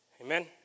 Amen